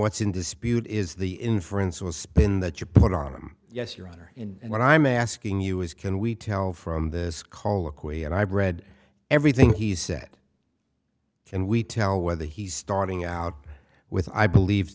what's in dispute is the inference or spin that you put on them yes your honor what i'm asking you is can we tell from this colloquy and i've read everything he said and we tell whether he's starting out with i believe